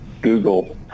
Google